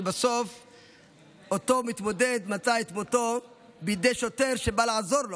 שבו אותו מתמודד בסוף מצא את מותו בידי שוטר שבא לעזור לו,